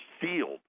sealed